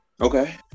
Okay